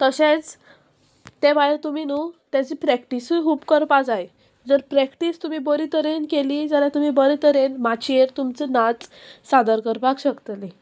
तशेंच ते भायर तुमी न्हू तेजी प्रॅक्टीसूय खूब करपा जाय जर प्रॅक्टीस तुमी बरे तरेन केली जाल्यार तुमी बरे तरेन माचयेर तुमचो नाच सादर करपाक शकतली